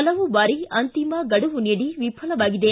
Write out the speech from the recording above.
ಹಲವು ಬಾರಿ ಅಂತಿಮ ಗಡುವು ನೀಡಿ ವಿಫಲವಾಗಿದೆ